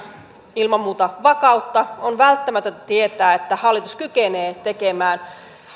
ilman muuta vakautta on välttämätöntä tietää että hallitus kykenee tekemään